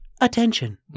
Attention